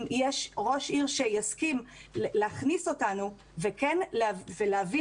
אם יש ראש עיר שיסכים להכניס אותנו וכן להבין